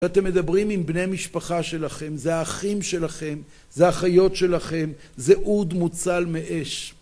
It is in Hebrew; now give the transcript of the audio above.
אתם מדברים עם בני משפחה שלכם, זה האחים שלכם, זה האחיות שלכם, זה אוד מוצל מאש.